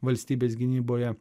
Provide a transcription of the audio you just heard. valstybės gynyboje